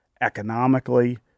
economically